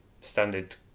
standard